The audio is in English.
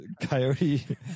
coyote